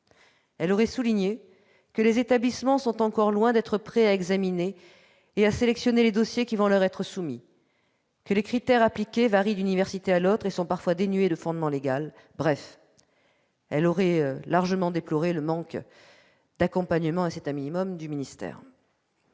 Elle aurait souligné que les établissements sont encore loin d'être prêts à examiner et à sélectionner les dossiers qui vont leur être soumis, que les critères appliqués varient d'une université à l'autre et sont parfois dénués de fondement légal. Bref, elle aurait déploré le manque d'accompagnement- c'est un minimum -du ministère.